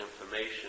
information